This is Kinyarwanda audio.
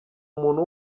umuntu